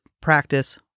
practice